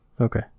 okay